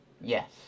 Yes